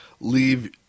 leave